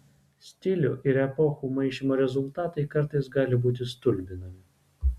stilių ir epochų maišymo rezultatai kartais gali būti stulbinami